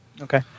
Okay